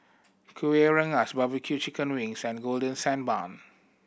Kueh Rengas barbecue chicken wings and Golden Sand Bun